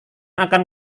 akan